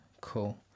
Cool